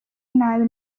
nabi